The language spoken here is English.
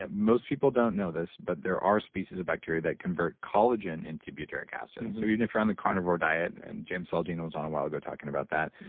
and most people don't know this, but there are species of bacteria that convert collagen into butyric acid. and so even if you're on the carnivore diet, and jim and saladino was on a while ago talking about that,